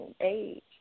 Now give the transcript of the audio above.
age